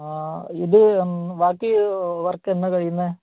ആ ഇത് ബാക്കി വർക്ക് എന്നാണ് കഴിയുന്നത്